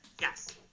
Yes